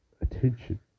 attention